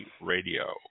radio